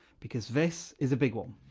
because this is a big one.